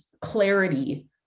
clarity